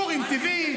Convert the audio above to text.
פורים, טבעי.